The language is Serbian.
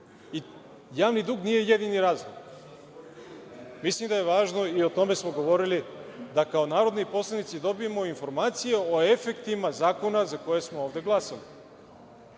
Javni dug nije jedini razlog. Mislim da je važno, i o tome smo govorili, da kao narodni poslanici dobijemo informacije o efektima zakona za koje smo ovde glasali.